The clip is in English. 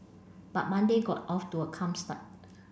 but Monday got off to a calm start